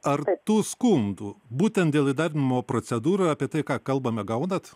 ar tų skundų būtent dėl įdarbinimo procedūrų apie tai ką kalbame gaunat